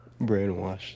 Brainwashed